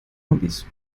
hobbies